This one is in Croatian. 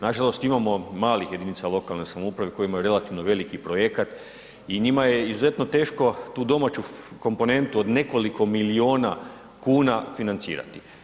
Nažalost imamo malih jedinica lokalne samouprave koje imaju relativno veliki projekat i njima je izuzetno teško tu domaću komponentu od nekoliko milijuna kuna financirati.